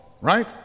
right